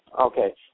Okay